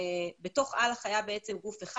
בתוך אל"ח היה גוף אחד,